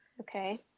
okay